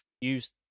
use